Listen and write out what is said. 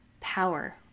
power